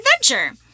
adventure